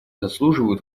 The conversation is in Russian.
заслуживают